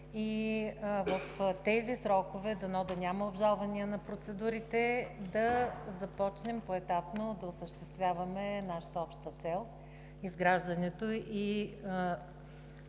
и в тези срокове дано да няма обжалване на процедурите, за да започнем поетапно да осъществяваме нашата обща цел – изграждането